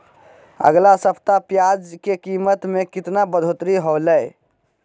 अगला सप्ताह प्याज के कीमत में कितना बढ़ोतरी होलाय?